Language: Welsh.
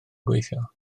gweithio